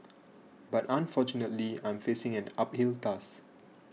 but unfortunately I'm facing an uphill task